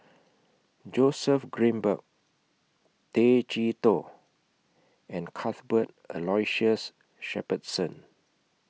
Joseph Grimberg Tay Chee Toh and Cuthbert Aloysius Shepherdson